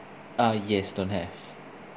uh yes don't have